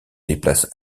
déplace